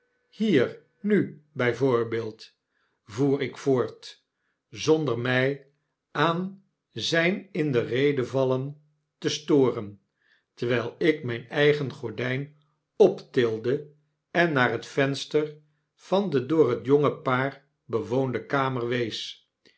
hier nu by voorbeeld voer ik voort zonder mij aan zyn in de rede vallen te storen terwyl ik mijn eigen gordyn optilde en naar het venster van de door het jonge paar bewoonde kamer